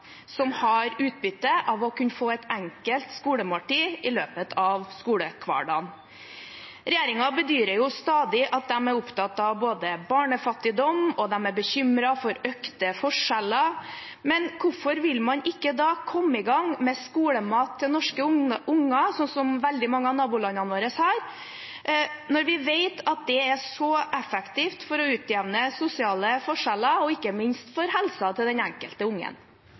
som har utbytte av å kunne få et enkelt skolemåltid i løpet av skolehverdagen. Regjeringen bedyrer stadig at de er opptatt av barnefattigdom og bekymret for økte forskjeller. Hvorfor vil man ikke da komme i gang med skolemat til norske unger, sånn som veldig mange av nabolandene våre har, når vi vet at det er så effektivt for å utjevne sosiale forskjeller, og ikke minst for helsa til den enkelte ungen?